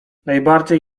najbardziej